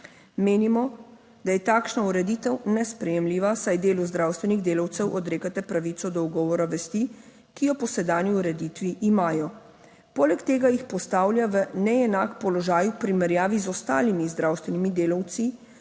Menimo, da je takšna ureditev nesprejemljiva, saj delu zdravstvenih delavcev odrekate pravico do ugovora vesti, ki jo po sedanji ureditvi imajo. Poleg tega jih postavlja v neenak položaj v primerjavi z ostalimi zdravstvenimi delavci,